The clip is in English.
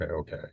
okay